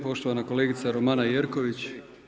Poštovana kolegica Romana Jerković.